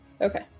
Okay